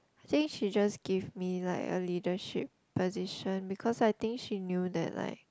I think she just gave me like a leadership position because I think she knew that like